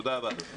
תודה רבה, אדוני.